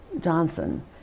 Johnson